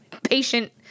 Patient